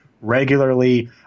regularly